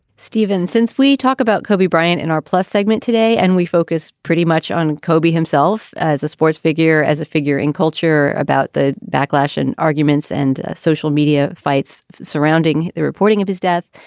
stephen, since we talk about kobe bryant and our plus segment today and we focus pretty much on kobe himself as a sports figure, as a figure in culture about the backlash and arguments and social media fights surrounding the reporting of his death.